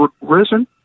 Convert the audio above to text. risen